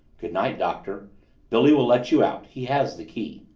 good night, doctor billy will let you out, he has the key.